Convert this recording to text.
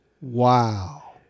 Wow